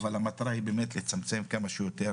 אבל המטרה באמת לצמצם כמה שיותר